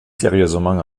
sérieusement